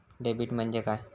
Debit म्हणजे काय?